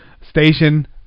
station